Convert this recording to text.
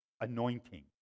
anointing